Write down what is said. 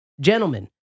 gentlemen